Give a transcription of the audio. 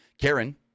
Karen